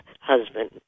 husband